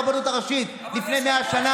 הרב דרוקמן,